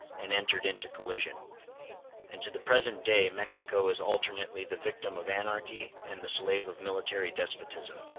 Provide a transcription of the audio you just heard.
and entered into collision and to the present day mexico is alternately the victim of anarchy and the slave of military despotism.